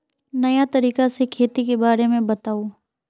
नया तरीका से खेती के बारे में बताऊं?